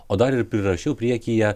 o dar ir prirašiau priekyje